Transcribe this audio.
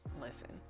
listen